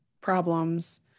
problems